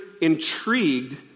intrigued